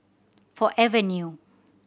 Forever New